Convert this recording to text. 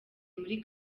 muri